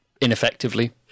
ineffectively